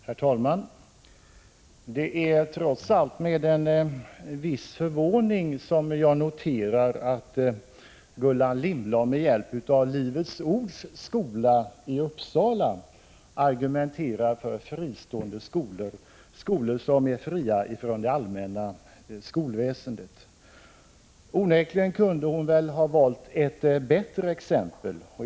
Herr talman! Det är trots allt med en viss förvåning som jag noterar att Gullan Lindblad med hjälp av Livets ords skola i Uppsala argumenterar för fristående skolor, skolor som är fristående från det allmänna skolväsendet. Onekligen kunde hon ha valt ett bättre exempel.